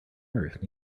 earth